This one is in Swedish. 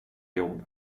jobb